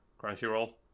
Crunchyroll